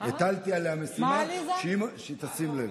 הטלתי עליה משימה, שתשים לב.